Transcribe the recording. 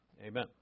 Amen